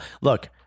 Look